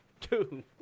two